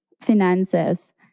finances